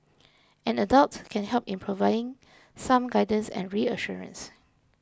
an adult can help in providing some guidance and reassurance